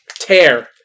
tear